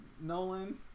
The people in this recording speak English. nolan